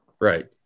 Right